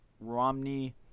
Romney